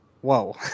Whoa